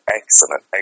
excellent